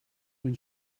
when